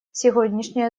сегодняшнее